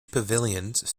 pavilions